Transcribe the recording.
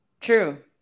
True